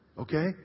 Okay